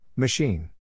Machine